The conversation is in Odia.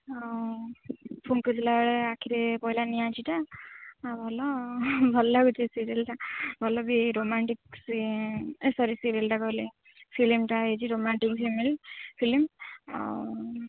ଆଉ ଫୁଂକୁଥିଲା ବେଳେ ଆଖିରେ ପଡ଼ିଲା ନିଆଁ ଛିଟା ଭଲ ଭଲ ଲାଗୁଛି ସିରିଏଲଟା ଭଲ ବି ରୋମାଣ୍ଟିକ ସରି ସିରିଏଲଟା କହିଲି ଫିଲ୍ମଟା ହେଇଛି ରୋମାଣ୍ଟିକ ସିମିଏଲ ଫିଲ୍ମ ଆଉ